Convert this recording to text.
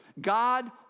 God